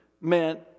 meant